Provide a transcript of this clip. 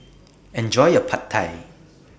Enjoy your Pad Thai